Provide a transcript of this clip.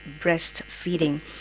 breastfeeding